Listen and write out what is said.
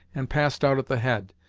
and passed out at the head.